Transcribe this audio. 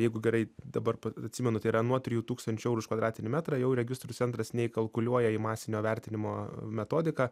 jeigu gerai dabar atsimenu tai yra nuo trijų tūkstančių eurų už kvadratinį metrą jau registrų centras neįkalkuliuoja į masinio vertinimo metodiką